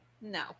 no